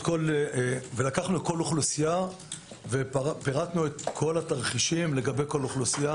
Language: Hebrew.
לקחנו כל אוכלוסייה ופירטנו את כל התרחישים לגבי כל אחת.